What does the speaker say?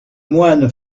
moine